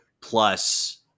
plus